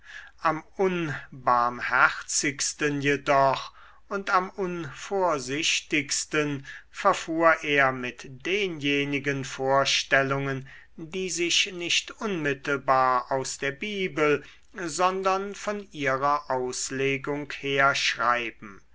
am unbarmherzigsten jedoch und am unvorsichtigsten verfuhr er mit denjenigen vorstellungen die sich nicht unmittelbar aus der bibel sondern von ihrer auslegung herschreiben